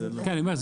כן אני אומר,